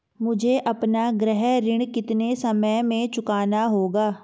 मुझे अपना गृह ऋण कितने समय में चुकाना होगा?